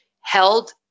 held